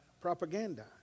propaganda